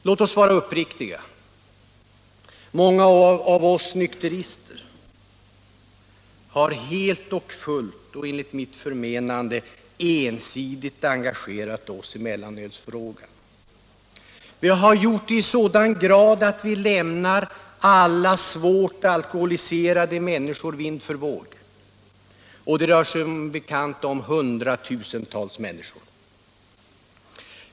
Låt oss vara uppriktiga: Många av oss nykterister har helt och fullt och enligt mitt förmenande ensidigt engagerat oss i mellanölsfrågan. Vi har gjort det i sådan grad att vi lämnar alla svårt alkoholiserade människor vind för våg — och det rör sig som bekant om hundratusentals människor.